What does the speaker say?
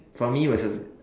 for me it was just